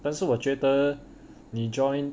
但是我觉得你 join